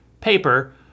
paper